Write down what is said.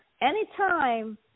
anytime